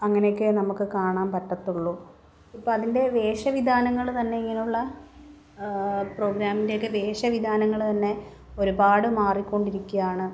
അങ്ങനെയൊക്കെ നമുക്ക് കാണാൻ പറ്റത്തുള്ളൂ ഇപ്പം അതിൻ്റെ വേഷവിധാനങ്ങൾ തന്നെ ഇങ്ങനെയുള്ള പ്രോഗ്രാമിൻ്റെയൊക്കെ വേഷവിധാനങ്ങൾ തന്നെ ഒരുപാട് മാറിക്കൊണ്ടിരിക്കുകയാണ്